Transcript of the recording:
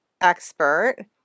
expert